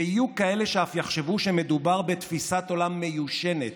ויהיו כאלה שאף יחשבו שמדובר בתפיסת עולם מיושנת,